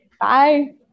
Bye